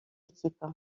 équipe